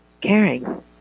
Caring